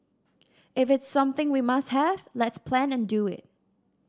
if it's something we must have let's plan and do it